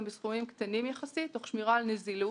בסכומים קטנים יחסית תוך שמירה על נזילות,